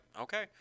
okay